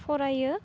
फरायो